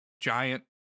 giant